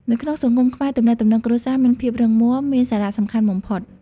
នៅក្នុងសង្គមខ្មែរ ទំនាក់ទំនងគ្រួសារមានភាពរឹងមាំ មានសារៈសំខាន់បំផុត។